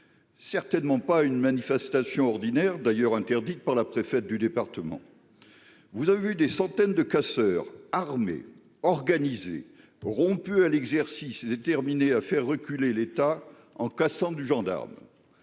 Certainement pas une manifestation ordinaire d'ailleurs interdite par la préfète du département. Vous avez vu des centaines de casseurs armés organisée rompu à l'exercice est déterminé à faire reculer l'État en cassant du gendarme.